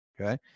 okay